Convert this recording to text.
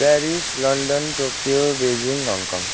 Paris London Tokyo Beijing Hong Kong